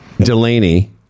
Delaney